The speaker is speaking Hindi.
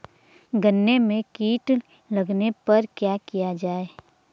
गन्ने में कीट लगने पर क्या किया जाये?